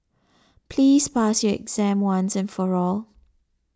please pass your exam once and for all